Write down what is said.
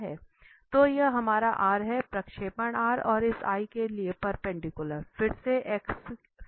तो यह हमारा R है प्रक्षेपण R और इस R के लिए परपेंडिकुलर फिर से होने जा रहा है